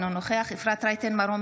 אינו נוכח אפרת רייטן מרום,